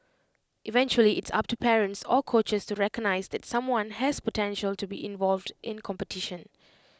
eventually it's up to parents or coaches to recognise that someone has potential to be involved in competition